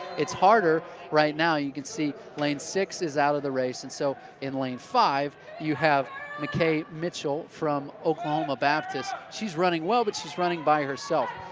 it's harder right now, you can see lane six is out of the race, and so in lane five you have mckae mitchell from oklahoma baptist, she's running well, but she's running by herself.